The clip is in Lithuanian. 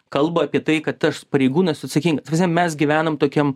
kalba apie tai kad tas pareigūnas atsakingas ta prasmel mes gyvenam tokiam